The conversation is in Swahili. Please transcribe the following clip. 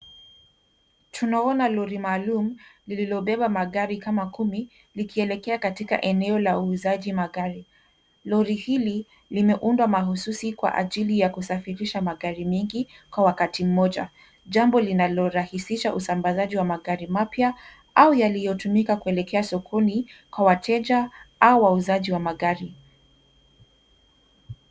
Tunaona lori maalum, lililobeba magari kama kumi likielekea katika eneo la uuzaji magari. Lori hili limeundwa mahususi kwa ajili ya kusafirisha magari mengi kwa wakati mmoja. Jambo linalorahisisha usambazaji wa magari mapya, au yaliyotumika kuelekea sokoni kwa wateja au wauzaji wa magari.